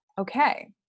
Okay